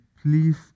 Please